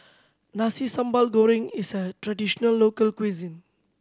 Nasi Sambal Goreng is a traditional local cuisine